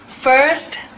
First